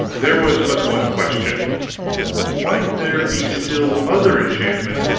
there was but one question might there be still other enchantments,